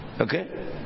Okay